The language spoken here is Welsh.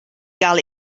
gael